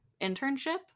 internship